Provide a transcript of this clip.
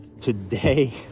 Today